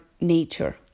nature